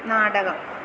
നാടകം